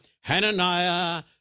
Hananiah